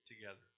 together